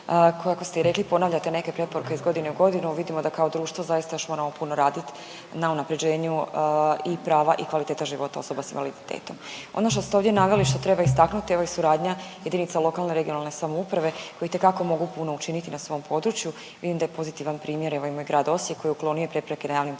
kako ste i rekli, ponavljate neke preporuke iz godine u godinu, vidimo da kao društvo zaista još moramo puno radit na unaprjeđenju i prava i kvaliteta života osoba s invaliditetom. Ono što ste ovdje naveli i što treba istaknuti, evo i suradnja JLRS koji itekako mogu puno učiniti na svom području, vidim da je pozitivan primjer evo i moj grad Osijek koji je uklonio prepreke na javnim površinama.